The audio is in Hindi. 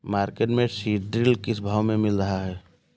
मार्केट में सीद्रिल किस भाव में मिल रहा है?